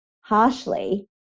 harshly